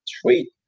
Sweet